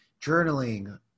journaling